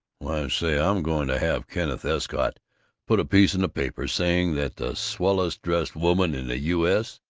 why, say, i'm going to have kenneth escott put a piece in the paper saying that the swellest dressed woman in the u. s.